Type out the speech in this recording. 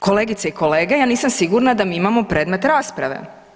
Kolegice i kolege, ja nisam sigurna da mi imamo predmet rasprave.